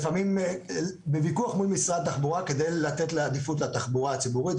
ולפעמים בוויכוח מול משרד התחבורה כדי לתת לה עדיפות לתחבורה הציבורית.